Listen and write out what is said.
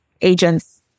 agents